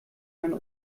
mein